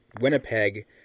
Winnipeg